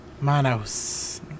Manos